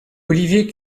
olivier